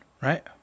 right